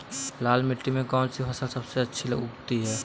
लाल मिट्टी में कौन सी फसल सबसे अच्छी उगती है?